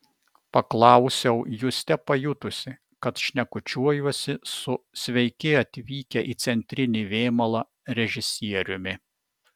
paklausiau juste pajutusi kad šnekučiuojuosi su sveiki atvykę į centrinį vėmalą režisieriumi